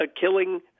killing